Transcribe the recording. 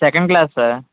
second class sir